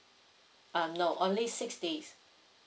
uh no only six days